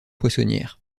poissonnière